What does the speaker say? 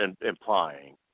implying